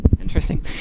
Interesting